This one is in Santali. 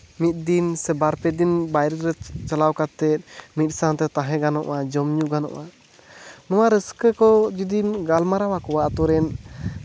ᱢᱤᱫ ᱫᱤᱱ ᱥᱮ ᱵᱟᱨᱯᱮ ᱫᱤᱱ ᱵᱟᱭᱨᱮ ᱨᱮ ᱪᱟᱞᱟᱣ ᱠᱟᱛᱮᱫ ᱢᱤᱫ ᱥᱟᱶᱛᱮ ᱛᱟᱦᱮᱸ ᱜᱟᱱᱚᱜᱼᱟ ᱡᱚᱢ ᱧᱩ ᱜᱟᱱᱚᱜᱼᱟ ᱱᱚᱣᱟ ᱨᱟᱹᱥᱠᱟᱹ ᱠᱚ ᱡᱩᱫᱤᱢ ᱜᱟᱞᱢᱟᱨᱟᱣ ᱟᱠᱚᱣᱟ ᱟᱹᱛᱩᱨᱮᱱ